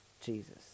Jesus